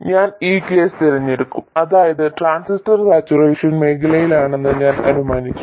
ഞാൻ ആ കേസ് തിരഞ്ഞെടുക്കും അതായത് ട്രാൻസിസ്റ്റർ സാച്ചുറേഷൻ മേഖലയിലാണെന്ന് ഞാൻ അനുമാനിച്ചു